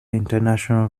international